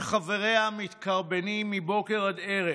שחבריה מתקרבנים מבוקר עד ערב,